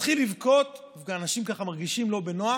מתחיל לבכות, ואנשים ככה מרגישים לא בנוח,